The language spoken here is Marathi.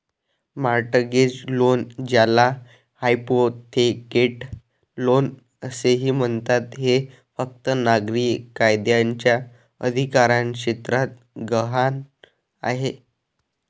मॉर्टगेज लोन, ज्याला हायपोथेकेट लोन असेही म्हणतात, हे फक्त नागरी कायद्याच्या अधिकारक्षेत्रात गहाण आहे